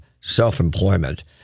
self-employment